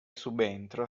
subentro